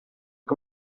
che